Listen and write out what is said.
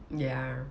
ya